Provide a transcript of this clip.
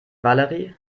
valerie